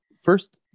first